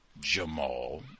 Jamal